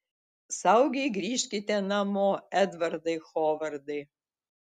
saugiai grįžkite namo edvardai hovardai